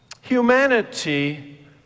humanity